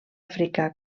africà